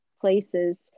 places